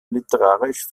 literarisch